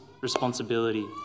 responsibility